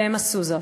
והם עשו זאת.